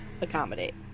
accommodate